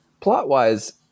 Plot-wise